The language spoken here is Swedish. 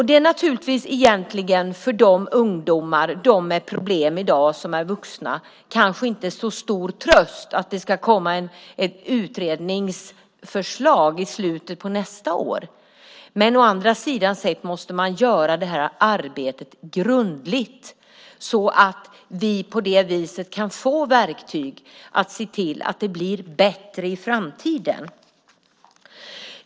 Det är naturligtvis å ena sidan för de ungdomar och vuxna med problem i dag kanske inte så stor tröst att det ska komma ett utredningsförslag i slutet av nästa år, men å andra sidan måste arbetet göras grundligt så att vi på det sättet kan få verktyg för att se till att det blir bättre i framtiden.